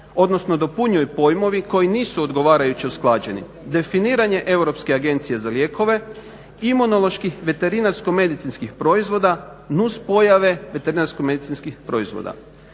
odnosno dopunjuju pojmovi koji nisu odgovarajuće usklađeni, definiranje Europske agencije za lijekove imunoloških veterinarsko-medicinskih proizvoda, nuspojave veterinarsko-medicinskih proizvoda.